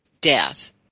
death